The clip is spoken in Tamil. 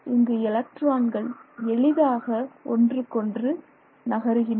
இங்கு எலக்ட்ரான்கள் எளிதாக ஒன்றுக்கொன்று நகருகின்றன